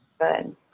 good